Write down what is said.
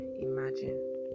imagine